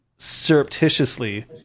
surreptitiously